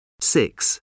Six